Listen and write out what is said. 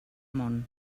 món